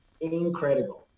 Incredible